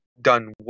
done